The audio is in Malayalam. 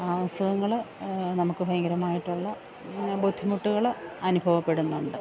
ആ അസുഖങ്ങൾ നമുക്ക് ഭയങ്കരമായിട്ടുള്ള ബുദ്ധിമുട്ടുകൾ അനുഭവപ്പെടുന്നുണ്ട്